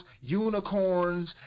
unicorns